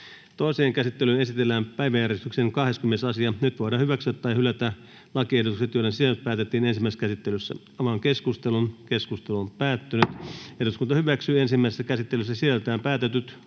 Toiseen käsittelyyn esitellään päiväjärjestyksen 11. asia. Nyt voidaan hyväksyä tai hylätä lakiehdotukset, joiden sisällöstä päätettiin ensimmäisessä käsittelyssä. — Keskustelu, edustaja Mäkynen, Jukka. Arvoisa puhemies! Hallituksen esityksessä ehdotetaan